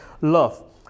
love